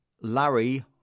Larry